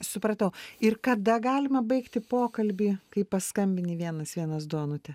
supratau ir kada galima baigti pokalbį kai paskambini į vienas vienas du onute